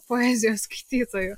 poezijos skaitytojų